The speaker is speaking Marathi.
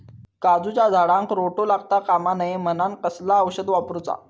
काजूच्या झाडांका रोटो लागता कमा नये म्हनान कसला औषध वापरूचा?